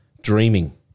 dreaming